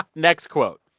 next quote,